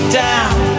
down